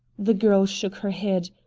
the girl shook her head.